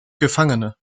gefangene